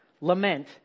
lament